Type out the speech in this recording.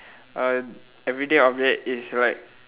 a everyday object is like